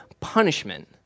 punishment